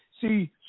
See